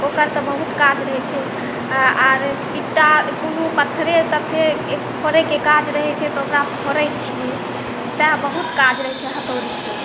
ओकर तऽ बहुत काज रहैत छै आओर एकटा कोनो पत्थरे तत्थरेकेँ फोड़ैके काज रहैत छै तऽ ओकरा फोड़ैत छियै तैँ बहुत काज रहैत छै हथौड़ीके